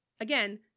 again